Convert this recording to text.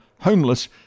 homeless